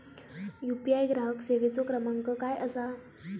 UPI ग्राहक सेवेचो क्रमांक काय असा?